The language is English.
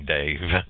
Dave